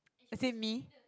is it me